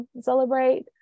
celebrate